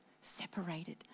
Separated